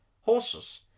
Horses